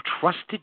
trusted